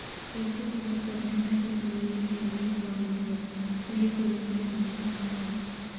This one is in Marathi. पैसे परत करण्यासाठी अनिलने पेमेंट वॉरंटवर सही करून ते रमेशला पाठवले